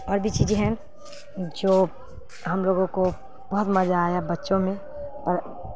اور بھی چیزیں ہیں جو ہم لوگوں کو بہت مزہ آیا بچوں میں اور